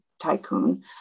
tycoon